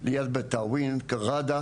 ליד קרדה